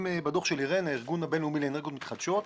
בדוח של הארגון הבין-לאומי לאנרגיות מתחדשות.